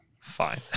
fine